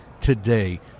today